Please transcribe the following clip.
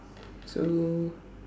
so